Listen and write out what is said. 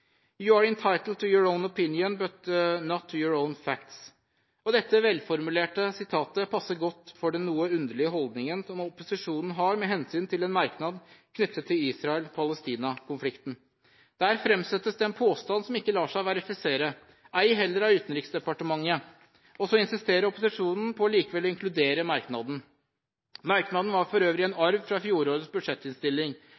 are entitled to your own opinion, but not to your own facts.» Dette velformulerte sitatet passer godt til den noe underlige holdningen som opposisjonen har med hensyn til en merknad knyttet til Israel–Palestina-konflikten. Der framsettes det en påstand som ikke lar seg verifisere, ei heller av Utenriksdepartementet, og så insisterer opposisjonen på likevel å inkludere merknaden. Merknaden var for øvrig en